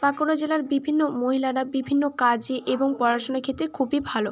বাঁকুড়া জেলার বিভিন্ন মহিলারা বিভিন্ন কাজে এবং পড়াশোনার ক্ষেত্রে খুবই ভালো